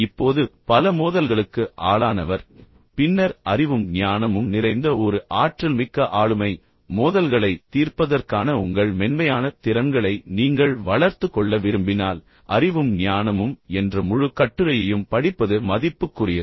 இப்போது பல மோதல்களுக்கு ஆளானவர் பின்னர் அறிவும் ஞானமும் நிறைந்த ஒரு ஆற்றல்மிக்க ஆளுமை மோதல்களைத் தீர்ப்பதற்கான உங்கள் மென்மையான திறன்களை நீங்கள் வளர்த்துக் கொள்ள விரும்பினால் அறிவும் ஞானமும் என்ற முழு கட்டுரையையும் படிப்பது மதிப்புக்குரியது